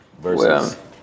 versus